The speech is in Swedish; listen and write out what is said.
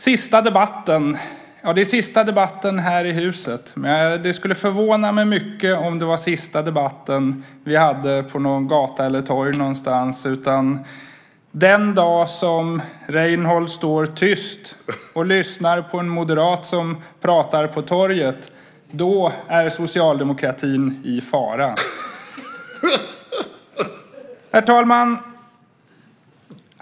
Sista debatten - ja, det är sista debatten här i huset, men det skulle förvåna mig mycket om vi inte hade någon mer debatt ute på en gata eller ett torg någonstans. Den dag som Reynoldh står tyst och lyssnar på en moderat som pratar på torget är socialdemokratin i fara. Herr talman!